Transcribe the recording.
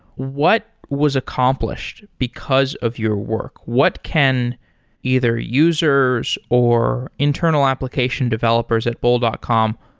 what was accomplished because of your work? what can either users or internal application developers at bol dot com,